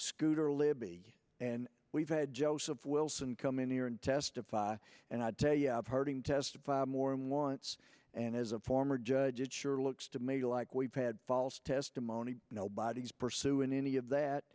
scooter libby and we've had joseph wilson come in here and testify and i'd tell you hurting testify more and once and as a former judge it sure looks to me like we've had false testimony nobody's pursuing any of that